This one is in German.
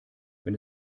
wenn